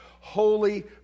holy